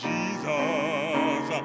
Jesus